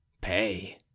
pay